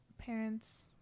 Parents